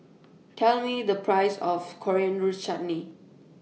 Tell Me The Price of Coriander Chutney